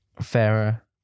fairer